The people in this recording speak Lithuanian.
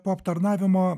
po aptarnavimo